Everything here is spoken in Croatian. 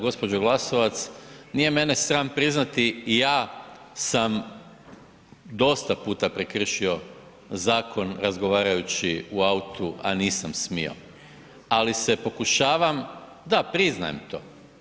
Gospođo Glasovac, nije mene sram priznati ja sam dosta puta prekršio zakon razgovarajući u autu, a nisam smio, ali se pokušavam, da, priznajem to.